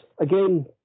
again